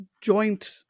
joint